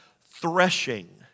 threshing